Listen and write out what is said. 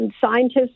scientists